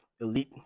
elite